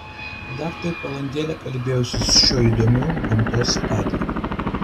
dar taip valandėlę kalbėjausi su šiuo įdomiu gamtos padaru